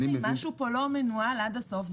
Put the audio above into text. משהו פה לא מנוהל עד הסוף.